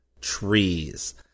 trees